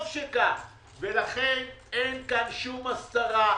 לכן אין פה שום הסתרה,